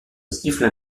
siffle